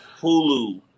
Hulu